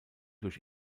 durch